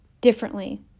differently